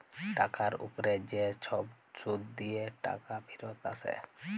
টাকার উপ্রে যে ছব সুদ দিঁয়ে টাকা ফিরত আসে